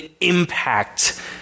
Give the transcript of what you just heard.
impact